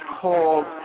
called